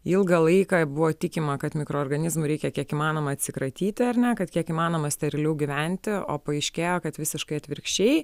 ilgą laiką buvo tikima kad mikroorganizmų reikia kiek įmanoma atsikratyti ar ne kad kiek įmanoma steriliau gyventi o paaiškėjo kad visiškai atvirkščiai